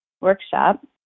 workshop